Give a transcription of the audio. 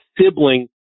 sibling